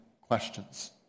questions